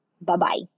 Bye-bye